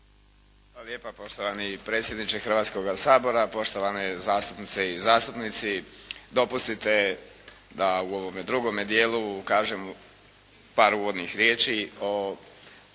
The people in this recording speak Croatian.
Hvala lijepa. Poštovani predsjedniče Hrvatskoga sabora, poštovani zastupnice i zastupnici. Dopustite da u ovome drugome dijelu kažem par uvodnih riječi o